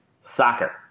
soccer